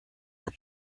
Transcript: are